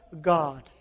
God